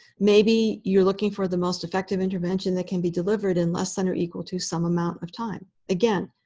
maybe you're looking for the most effective intervention that can be delivered in less than or equal to some amount of time. again,